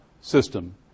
system